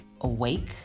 awake